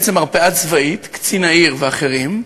בעצם מרפאה צבאית, קצין העיר ואחרים,